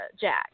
Jack